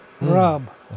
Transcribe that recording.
Rob